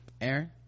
Aaron